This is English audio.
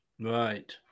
Right